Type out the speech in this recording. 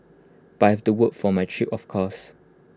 but I had to work for my trip of course